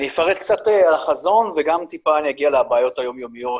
לפני שבוע השר נפגש עם נציגי הרשויות המקומיות הערביות,